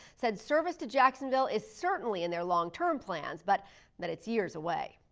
said service to jacksonville is certainly in their long term plans, but that it's years away.